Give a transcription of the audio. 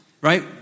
right